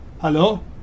Hello